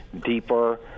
deeper